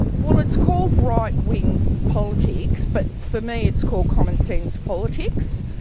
well it's called right wing politics but for me it's called common sense politics.